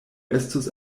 estus